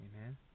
Amen